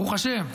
ברוך השם,